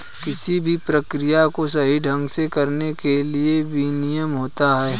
किसी भी प्रक्रिया को सही ढंग से करने के लिए भी विनियमन होता है